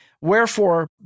Wherefore